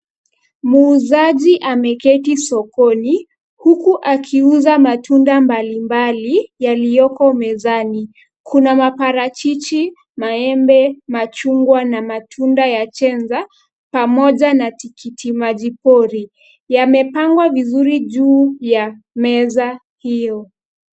Muuzaji ameketi sokoni, huku akiuza matunda mbalimbali yaliyoko mezani, kuna maparachichi, maembe, machungwa na matunda ya cheza, pamoja na tikiti maji pori, yamepangwa vizuri juu ya meza hiyo.